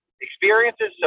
experiences